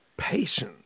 patience